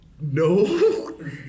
No